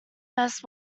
best